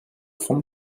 vom